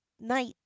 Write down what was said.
night